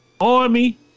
army